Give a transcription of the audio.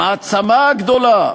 המעצמה הגדולה,